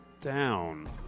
down